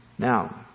Now